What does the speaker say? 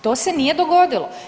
To se nije dogodilo.